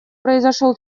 произошел